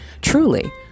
Truly